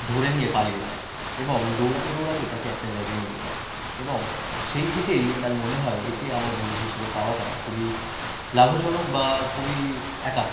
ধরে নিয়ে পালিয়ে যায় এবং দৌড়াতে দৌড়াতে তাকে একটা জায়গায় নিয়ে যায় এবং সেই থেকেই তার মনে হয় একে আমার বন্ধু হিসাবে পাওয়াটা খুবই লাভজনক বা খুবই একাত্ত